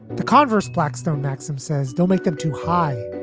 the converse blackstone maxim says don't make them too high